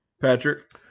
Patrick